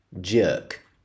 Jerk